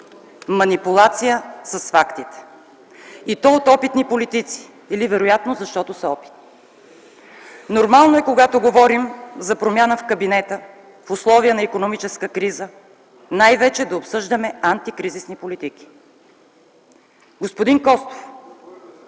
манипулация с фактите, и то от опитни политици, или вероятно защото са опитни. (Реплики от ГЕРБ: „Станишев!”) Нормално е когато говорим за промяна в кабинета в условия на икономическа криза, най-вече да обсъждаме антикризисни политики. Господин Костов,